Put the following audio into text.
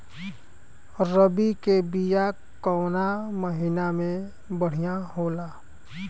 रबी के बिया कवना महीना मे बढ़ियां होला?